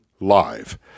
live